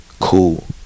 Cool